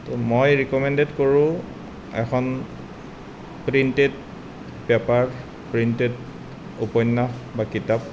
মই ৰেক'মেণ্ডেড কৰোঁ এখন প্ৰিণ্টেড পেপাৰ প্ৰিণ্টেড উপন্যাস বা কিতাপ